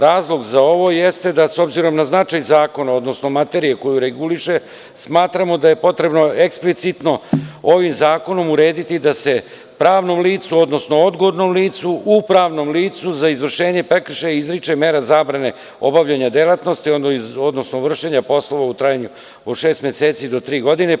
Razlog za ovo jeste, s obzirom na značaj zakona, odnosno materiju koju reguliše, smatramo da je potrebno eksplicitno ovim zakonom urediti da se pravnom licu, odgovornom licu u pravnom licu za izvršenje prekršaja izriče mera zabrane obavljanja delatnosti, odnosno vršenja poslova u trajanju od šest meseci do tri godine.